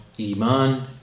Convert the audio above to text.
Iman